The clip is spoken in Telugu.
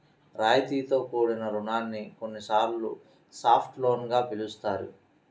రాయితీతో కూడిన రుణాన్ని కొన్నిసార్లు సాఫ్ట్ లోన్ గా పిలుస్తారు